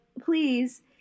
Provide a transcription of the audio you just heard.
please